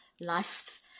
life